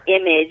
image